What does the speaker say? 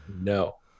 No